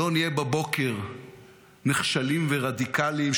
לא נהיה בבוקר נחשלים ורדיקלים,